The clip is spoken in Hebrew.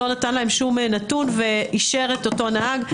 לא נתן להם שום נתון ואישר את אותו נהג.